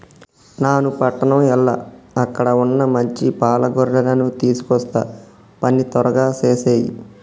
నాను పట్టణం ఎల్ల అక్కడ వున్న మంచి పాల గొర్రెలను తీసుకొస్తా పని త్వరగా సేసేయి